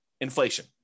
Inflation